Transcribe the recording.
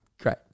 Great